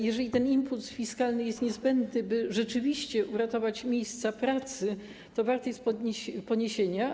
Jeżeli ten impuls fiskalny jest niezbędny, by rzeczywiście uratować miejsca pracy, to jest to warte poniesienia.